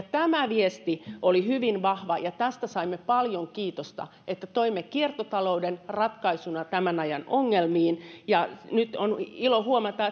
tämä viesti oli hyvin vahva ja tästä saimme paljon kiitosta että toimme kiertotalouden ratkaisuna tämän ajan ongelmiin on ilo huomata